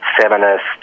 feminist